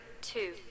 two